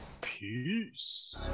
Peace